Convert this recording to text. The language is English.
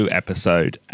episode